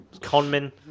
conman